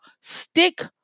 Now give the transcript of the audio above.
stick